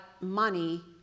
money